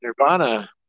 Nirvana